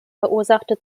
verursachte